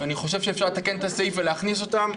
ואני חושב שאפשר לתקן את הסעיף ולהכניס אותם.